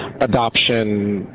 adoption